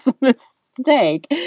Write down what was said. mistake